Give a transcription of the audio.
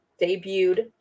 debuted